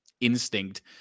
instinct